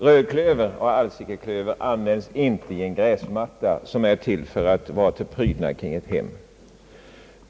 Rödklöver och alsikeklöver användes inte i en gräsmatta som skall vara en prydnad omkring ett hem.